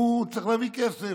הוא צריך להביא כסף.